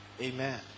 Amen